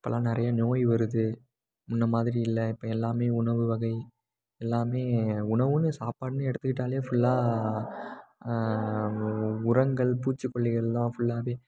இப்போலாம் நிறைய நோய் வருது முன்ன மாதிரி இல்லை இப்போ எல்லாமே உணவு வகை எல்லாமே உணவுன்னு சாப்பாடுன்னு எடுத்துக்கிட்டாலே ஃபுல்லாக உரங்கள் பூச்சிக்கொல்லிகள் தான் ஃபுல்லாவே